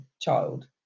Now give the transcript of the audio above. child